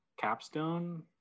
capstone